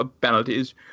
penalties